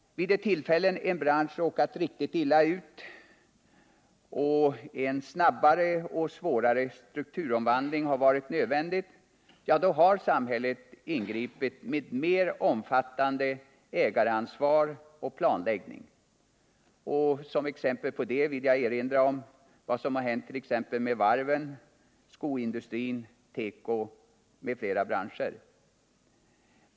Vid de tillfällen då en bransch råkat riktigt illa ut och en snabbare och svårare strukturomvandling har varit nödvändig, då har samhället ingripit med mer omfattande ägaransvar och planläggning. Som exempel på det vill jag erinra om vad som har hänt medt.ex. varven, skoindustrin, tekoindustrin m.fl. branscher.